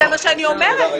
זה מה שאני אומרת.